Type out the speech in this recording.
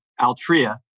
Altria